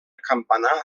campanar